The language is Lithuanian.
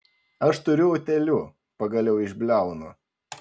aš turiu utėlių pagaliau išbliaunu